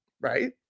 right